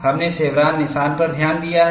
हमने शेवरॉन निशान पर ध्यान दिया है